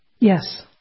Yes